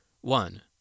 One